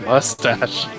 Mustache